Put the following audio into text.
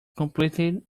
completely